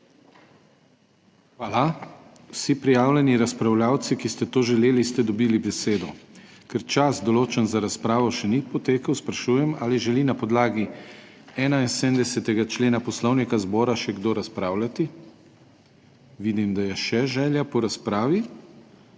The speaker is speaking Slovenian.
Hvala. Vsi prijavljeni razpravljavci, ki ste to želeli, ste dobili besedo. Ker čas določen za razpravo še ni potekel, sprašujem, ali želi na podlagi 71. člena Poslovnika zbora še kdo razpravljati? (Da.) Vidim, da je še želja po razpravi.